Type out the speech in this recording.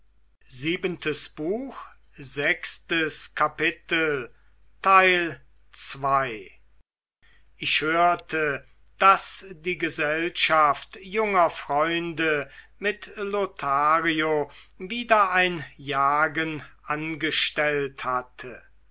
ich hörte daß die gesellschaft junger freunde mit lothario wieder ein jagen angestellt hatte